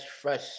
fresh